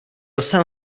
jsem